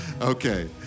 okay